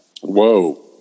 whoa